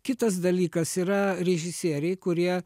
kitas dalykas yra režisieriai kurie